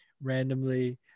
randomly